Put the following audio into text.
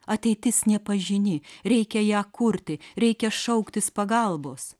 ateitis nepažini reikia ją kurti reikia šauktis pagalbos